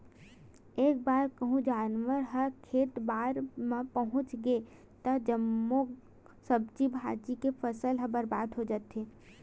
एक बार कहूँ जानवर ह खेत खार मे पहुच गे त जम्मो सब्जी भाजी के फसल ह बरबाद हो जाथे